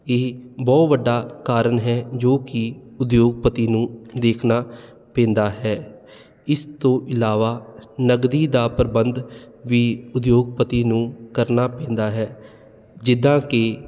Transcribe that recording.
ਇਹ ਬਹੁਤ ਵੱਡਾ ਕਾਰਨ ਹੈ ਜੋ ਕਿ ਉਦਯੋਗਪਤੀ ਨੂੰ ਦੇਖਣਾ ਪੈਂਦਾ ਹੈ ਇਸ ਤੋਂ ਇਲਾਵਾ ਨਕਦੀ ਦਾ ਪ੍ਰਬੰਧ ਵੀ ਉਦਯੋਗਪਤੀ ਨੂੰ ਕਰਨਾ ਪੈਂਦਾ ਹੈ ਜਿੱਦਾਂ ਕਿ